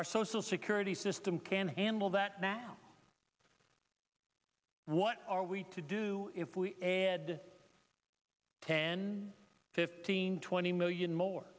our social security system can handle that now what are we to do if we had ten fifteen twenty million more